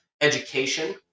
education